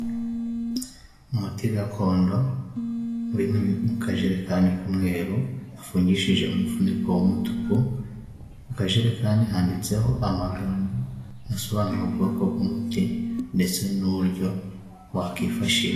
Umuti gakondo uri mu kajerekani k'umweru gafungishije umufuniko w'umutuku, ku kajerekani handitseho amagambo asobanura ubwoko bw'umuti ndetse n'uburyo wakwifashishwa.